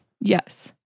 Yes